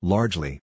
Largely